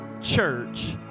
church